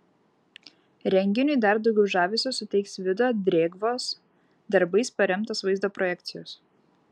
renginiui dar daugiau žavesio suteiks vido drėgvos darbais paremtos vaizdo projekcijos